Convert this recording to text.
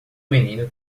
menino